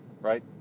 Right